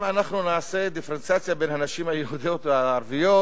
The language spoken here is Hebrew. אם נעשה דיפרנציאציה בין הנשים היהודיות לערביות,